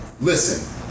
listen